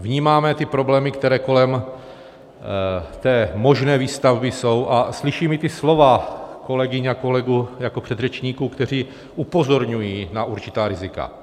Vnímáme problémy, které kolem možné výstavby jsou, a slyším i slova kolegyň a kolegů jako předřečníků, kteří upozorňují na určitá rizika.